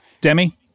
Demi